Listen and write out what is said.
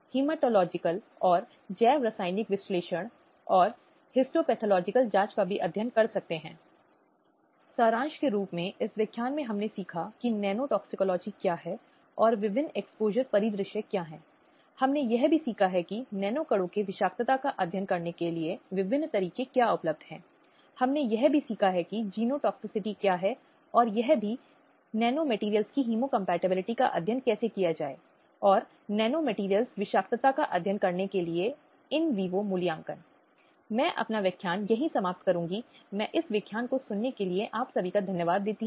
तो चाहे वह महिला हो या वह अन्य लिंग हो या वह किसी अन्य विकलांग वर्ग या समाज के किसी अन्य वर्ग से हो सभी के मानवाधिकारों की रक्षा और सुरक्षा सुनिश्चित है जिससे मानवाधिकारों और व्यक्तियों की मूलभूत स्वतंत्रता की प्राप्ति के संवैधानिक लक्ष्य का सपना अच्छी तरह से स्थापित किया जा सकता है और समाज एक बेहतर समाज है जहां अधिकारों का सम्मान किया जाता है जहां अधिकारों को बरकरार रखा जाता है और इस समाज में कोई भेदभाव नहीं है इसलिए इसके साथ मैं आप सभी को धन्यवाद देती हूं